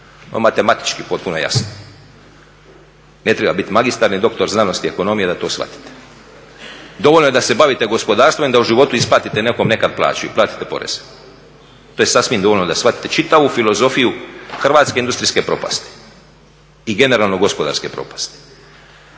sa 4%. Matematički potpuno jasno. Ne treba biti magistar ni doktor znanosti i ekonomije da to shvatite. Dovoljno je da se bavite gospodarstvo i da u životu isplatite nekom nekada plaću i platite porez, to je sasvim dovoljno da shvatite čitavu filozofiju hrvatske industrijske propasti i generalno gospodarske propasti.